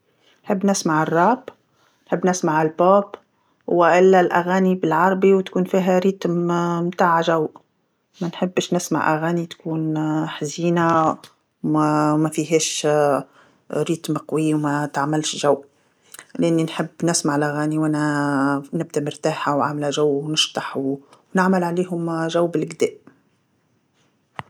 نحب نسمع الراب، نحب نسمع البوب، والأ- الأغاني بالعربي وتكون فيها إيقاع تاع جو، مانحبش نسمع أغاني تكون حزينة وما- ومافيهاش إيقاع قوي وماتعملش جو، لأني نحب نسمع الأغاني وأنا نبدا مرتاحة وعاملة جو ونشطح ونعمل عليهم جو بالقدا.